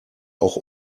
auch